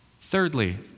Thirdly